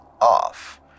off